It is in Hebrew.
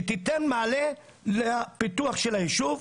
תכנית מתאר שתיתן מענה לפיתוח הישוב.